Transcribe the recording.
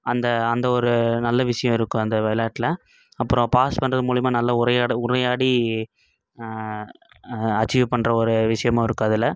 அந்த அந்த ஒரு நல்ல விஷயம் இருக்கும் அந்த விளாட்ல அப்பறம் பாஸ் பண்ணுறது மூலிமா நல்ல உரையாட உரையாடி அச்சீவ் பண்ணுற ஒரு விஷயமாக இருக்கும் அதில்